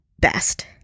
best